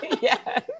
Yes